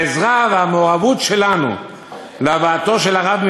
העזרה והמעורבות שלנו להבאתו של הרב אז